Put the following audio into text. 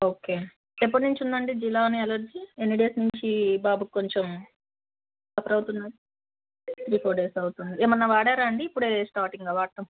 okay ఎప్పటి నుంచి ఉందండి జిలా అని ఎలర్జీ ఎన్ని డేస్ నుంచి బాబుకు కొంచెం సఫర్ అవుతున్నాడు తీ త్రీ ఫోర్ డేస్ అవుతుంది ఏమన్నా వాడారా అండి ఇప్పుడే స్టార్టింగా వాడడం